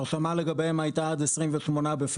ההרשמה לגביהן היתה עד 28 בפברואר.